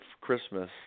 Christmas